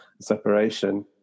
separation